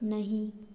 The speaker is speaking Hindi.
नहीं